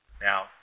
now